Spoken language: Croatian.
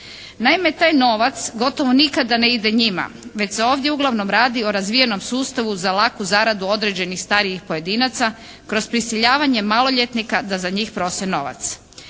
Naime, taj novac gotovo nikada ne ide njima već se ovdje uglavnom radi o razvijenom sustavu za laku zaradu određenih starijih pojedinaca kroz prisiljavanje maloljetnika da za njih prose novac.